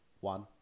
One